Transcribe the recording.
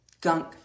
gunk